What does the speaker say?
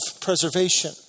preservation